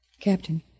Captain